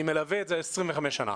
אני מלווה את זה 25 שנים.